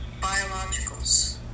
biologicals